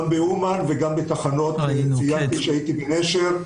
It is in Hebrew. גם באומן וגם ציינתי שהייתי בנשר.